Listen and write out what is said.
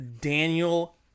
Daniel